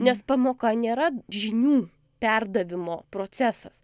nes pamoka nėra žinių perdavimo procesas